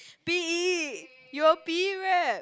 P_E you're P_E rep